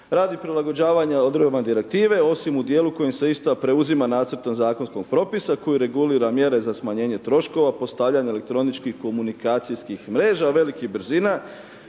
Radi prilagođavanja odredbama direktive osim u dijelu kojim se ista preuzima nacrtom zakonskog propisa koju regulira mjere za smanjenje troškova postavljanja elektroničkih komunikacijskih mreža velikih brzina.